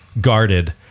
guarded